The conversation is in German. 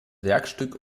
werkstück